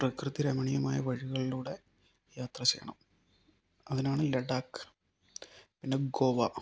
പ്രകൃതി രമണീയമായ വഴികളിലൂടെ യാത്ര ചെയ്യണം അതിനാണ് ലഡാക്ക് പിന്നെ ഗോവ